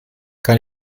kann